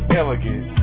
elegant